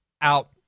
out